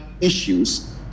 issues